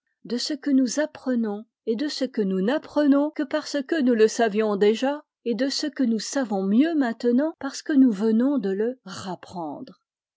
de ce que nous apprenons et de ce que nous n'apprenons que parce que nous le savions déjà et de ce que nous savons mieux maintenant parce que nous venons de le rapprendre